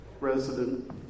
resident